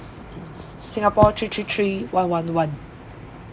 singapore three three three one one one